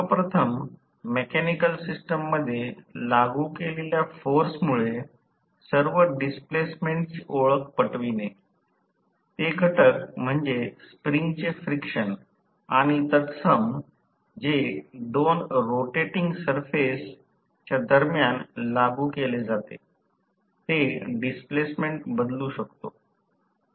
सर्वप्रथम मेकॅनिकल सिस्टममध्ये लागू केलेल्या फोर्समुळे सर्व डिस्प्लेसमेंटची ओळख पटविणे ते घटक म्हणजे स्प्रिंगचे फ्रिक्शन आणि तत्सम जे दोन रोटेटिंग सरफेस च्या दरम्यान लागू केले जाते ते डिस्प्लेसमेंट बदलू शकतो